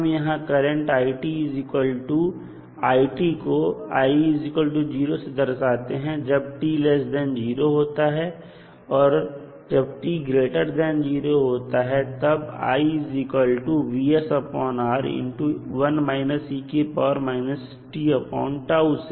हम यहां current i को i0 से दर्शाते हैं जब t0 होता है और जब t0 होगा तब से